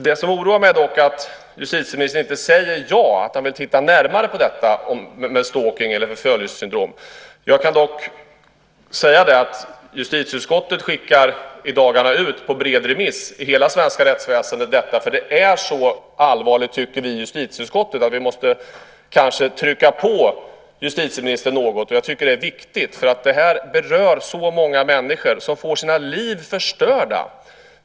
Det som oroar mig är att justitieministern inte säger ja till att titta närmare på detta med stalking eller förföljelsesyndrom. Jag kan dock säga att justitieutskottet i dagarna skickar ut detta på bred remiss i hela det svenska rättsväsendet. Vi i justitieutskottet tycker nämligen att detta är så allvarligt att vi kanske måste trycka på justitieministern något. Jag tycker att det är viktigt. Detta berör så många människor som får sina liv förstörda.